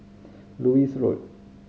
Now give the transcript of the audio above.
Lewis Road